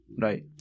right